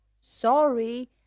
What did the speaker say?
Sorry